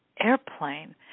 airplane